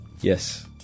yes